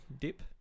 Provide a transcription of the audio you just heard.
dip